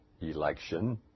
election